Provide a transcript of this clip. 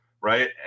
right